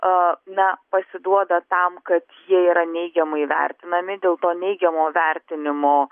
aa na pasiduoda tam kad jie yra neigiamai vertinami dėl to neigiamo vertinimo